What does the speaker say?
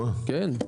כן.